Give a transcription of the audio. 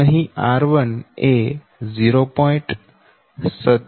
અહી r1 એ 0